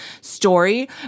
story